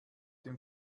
dem